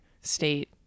state